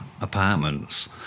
apartments